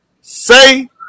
say